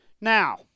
now